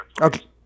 Okay